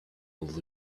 would